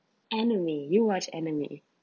anime you watch anime